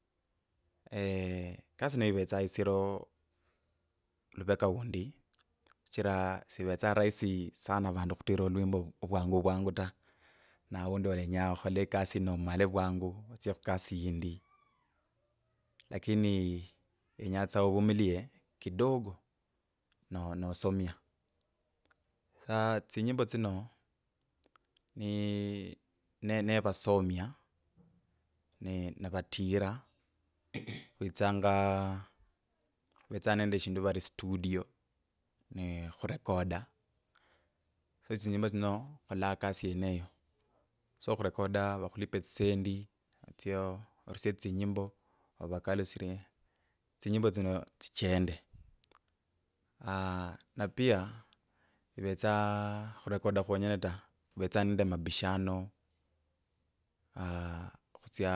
ekasi yino ivetsa isiro oluveka undi shichira shivetsa rahisi sana vandu khutira olwimbo vwangu vywangu ta. Na aundi olenya okhole ekasi yino amale vwangu otsye khukasi yindi lakini yenyaa tsa ovumilie kidogo no nosomya. Sa tsinyimbo tsino ni ne nevasomya navatira khwitsanga khuvetsa nende eshindu vari studio me khurekoda. sa tsinyimbo tsino ekhola kasi yeneyo soo khurekoda vakhulipe etsisendi otsye orusie tsinyimbo ovakalusirye, tsinyimbo tsichende, aaah na pia ivetsa khurekoda khwonyene ta, khuvetsa nende mapishano as khutsya